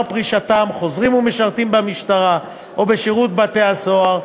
פרישתם חוזרים ומשרתים במשטרה או בשירות בתי-סוהר,